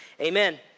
Amen